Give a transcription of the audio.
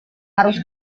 harus